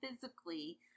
physically